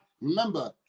Remember